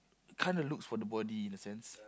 kind of looks for the body in a sense